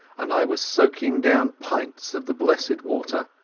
and i was soaking down pints of the blessed water.